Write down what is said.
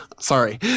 sorry